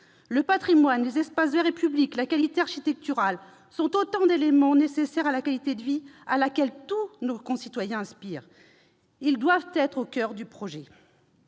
Le patrimoine, les espaces verts et publics, la qualité architecturale sont autant d'éléments nécessaires à la qualité de vie à laquelle tous nos concitoyens aspirent. Ils doivent donc être au coeur du projet.